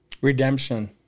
Redemption